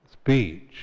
Speech